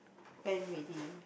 went already